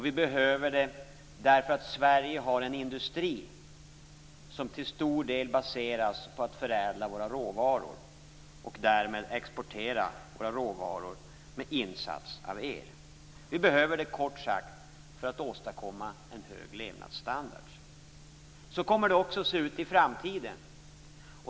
Vi behöver det därför att Sverige har en industri som till stor del baseras på att förädla våra råvaror och därmed exportera våra råvaror med insats av el. - Vi behöver det, kort sagt, för att åstadkomma en hög levnadsstandard. Så kommer det också att se ut i framtiden.